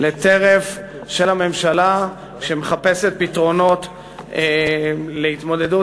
לטרף של הממשלה שמחפשת פתרונות להתמודדות